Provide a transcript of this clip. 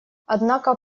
однако